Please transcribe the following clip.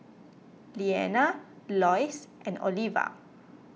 Leana Loyce and Oliva